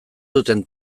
duten